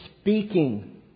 speaking